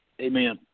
Amen